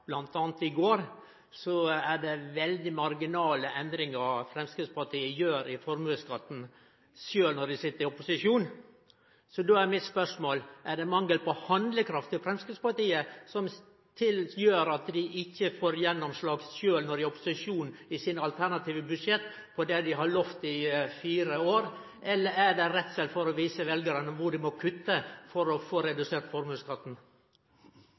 behandla i går, er det marginale endringar Framstegspartiet gjer i formuesskatten, sjølv når dei sit i opposisjon. Då er mitt spørsmål: Er det mangel på handlekraft i Framstegspartiet som gjer at dei ikkje får gjennomslag for sitt alternative budsjett for det dei har lovt i fire år – sjølv når dei er i opposisjon – eller er det rett og slett for å vise veljarane kvar dei må kutte for å få redusert formuesskatten?